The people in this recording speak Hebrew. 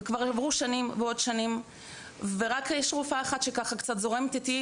וכבר עברו שנים ועוד שנים ורק יש רופאה אחת שקצת זורמת איתי,